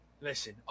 Listen